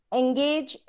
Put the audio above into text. engage